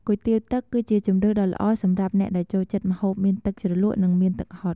គុយទាវទឹកគឺជាជម្រើសដ៏ល្អសម្រាប់អ្នកដែលចូលចិត្តម្ហូបមានទឹកជ្រលក់និងមានទឹកហុត។